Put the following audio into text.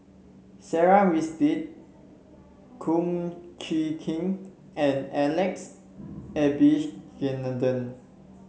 Sarah Winstedt Kum Chee Kin and Alex Abisheganaden